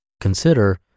Consider